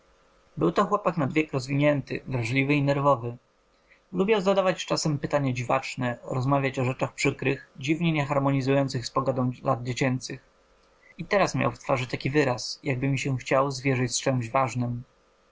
był to chłopak nad wiek rozwinięty wrażliwy i nerwowy lubiał zadawać czasem pytania dziwaczne rozmawiać o rzeczach przykrych dziwnie nie harmonizujących z pogodą lat dziecięcych i teraz miał w twarzy taki wyraz jakby mi się chciał zwierzyć z czemś ważnem